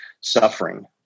suffering